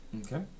Okay